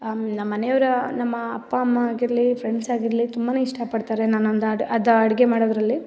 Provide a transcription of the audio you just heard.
ನಮ್ಮನೆಯವ್ರು ನಮ್ಮ ಅಪ್ಪ ಅಮ್ಮ ಆಗಿರಲಿ ಫ್ರೆಂಡ್ಸ್ ಆಗಿರಲಿ ತುಂಬಾ ಇಷ್ಟಪಡ್ತಾರೆ ನಾನೊಂದು ಅಡ ಅದು ಅಡಿಗೆ ಮಾಡೋದರಲ್ಲಿ